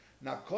Now